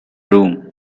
room